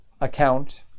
account